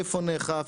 איפה נאכף.